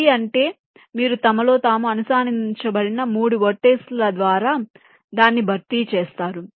3 అంటే మీరు తమలో తాము అనుసంధానించబడిన 3 వెర్టిసిస్ ల ద్వారా దాన్ని భర్తీ చేస్తారు